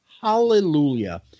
Hallelujah